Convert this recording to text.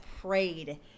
prayed